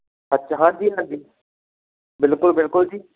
ਅੱਛਾ ਹਾਂਜੀ ਹਾਂਜੀ ਬਿਲਕੁਲ ਬਿਲਕੁਲ ਜੀ